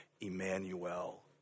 Emmanuel